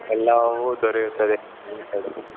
ಎಲ್ಲವೂ ದೊರೆಯುತ್ತದೆ ನಮ್ಮ ಈ ಕಡೆ